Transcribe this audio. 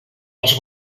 els